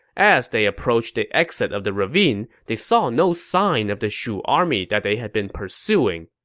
as they approached the exit of the ravine, they saw no sign of the shu army that they had been pursuing.